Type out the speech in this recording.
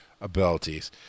abilities